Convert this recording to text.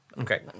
Okay